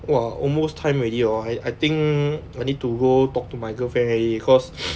!wah! almost time already hor I I think I need to go talk to my girlfriend already because